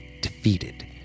defeated